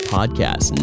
Podcast